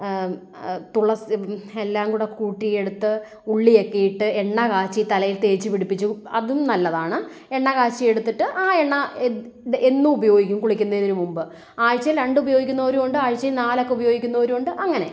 തുളസി എല്ലാം കൂടി കൂട്ടി എടുത്തു ഉള്ളിയൊക്കെ ഇട്ട് എണ്ണ കാച്ചി തലയിൽ തേച്ച് പിടിപ്പിച്ച് അതും നല്ലതാണ് എണ്ണ കാച്ചിയെടുത്തിട്ട് ആ എണ്ണ എന്നും ഉപയോഗിക്കും കുളിക്കുന്നതിന് മുമ്പ് ആഴ്ചയിൽ രണ്ട് ഉപയോഗിക്കുന്നവരുമുണ്ട് ആഴ്ചയിൽ നാലൊക്കെ ഉപയോഗിക്കുന്നവരുമുണ്ട് അങ്ങനെ